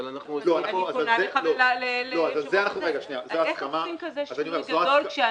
אבל אנחנו --- אז איך עושים כזה שינוי גדול שאנחנו,